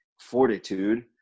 fortitude